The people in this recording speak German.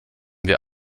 wir